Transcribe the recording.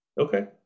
okay